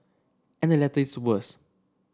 and the latter is worse